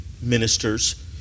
ministers